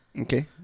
Okay